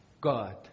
God